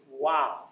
Wow